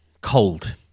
Cold